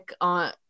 on